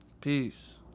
Peace